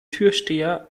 türsteher